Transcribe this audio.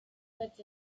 such